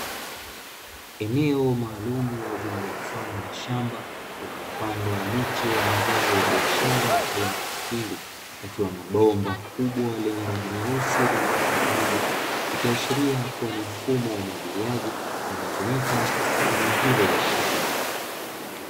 Eneo maalumu lililo mfano wa shamba, lililopandwa miche ya mazao ya biashara aina ya mahindi, pakiwa na bomba kubwa lenye rangi nyeusi lenye kutoa maji, likiashiria kuwa ni mfumo wa umwagiliaji unaotumika katika eneo hilo la shamba.